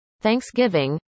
thanksgiving